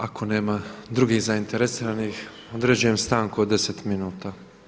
Ako nema drugih zainteresiranih, određujem stanku od 10 minuta.